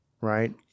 right